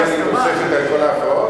אני מקבל תוספת על כל ההפרעות?